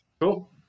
Cool